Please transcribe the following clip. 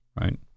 right